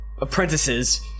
apprentices